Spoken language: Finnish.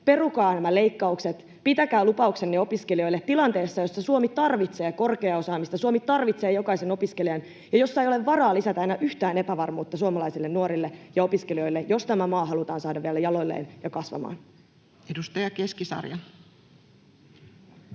Perukaa nämä leikkaukset. Pitäkää lupauksenne opiskelijoille tilanteessa, jossa Suomi tarvitsee korkeaa osaamista, Suomi tarvitsee jokaisen opiskelijan ja jossa ei ole varaa lisätä enää yhtään epävarmuutta suomalaisille nuorille ja opiskelijoille, jos tämä maa halutaan saada vielä jaloilleen ja kasvamaan. [Speech